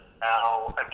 now